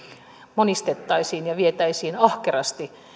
monistettaisiin ja vietäisiin ahkerasti